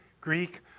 Greek